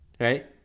right